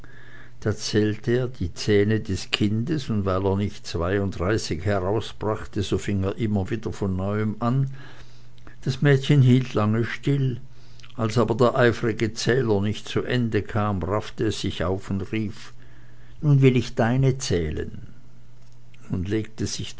da zählte er die zähne des kindes und weil er nicht zweiunddreißig herausbrachte so fing er immer wieder von neuem an das mädchen hielt lange still als aber der eifrige zähler nicht zu ende kam raffte es sich auf und rief nun will ich deine zählen nun legte sich